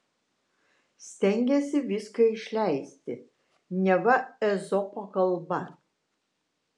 stengėsi viską išleisti neva ezopo kalba